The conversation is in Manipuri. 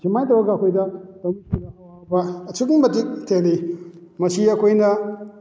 ꯑꯁꯨꯃꯥꯏꯅ ꯇꯧꯔꯒ ꯑꯩꯈꯣꯏꯗ ꯂꯧꯃꯤꯁꯤꯡꯗ ꯑꯋꯥꯕ ꯑꯁꯨꯛꯀꯤ ꯃꯇꯤꯛ ꯊꯦꯡꯅꯩ ꯃꯁꯤ ꯑꯩꯈꯣꯏꯅ